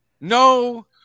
No